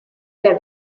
der